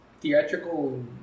theatrical